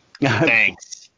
thanks